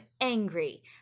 angry